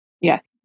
Yes